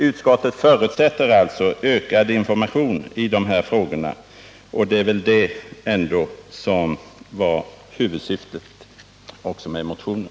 Utskottet förutsätter alltså ökad information i de här frågorna, och det är väl ändå det som var huvudsyftet med motionen.